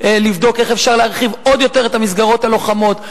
לבדוק איך אפשר להרחיב עוד יותר את המסגרות הלוחמות,